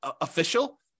official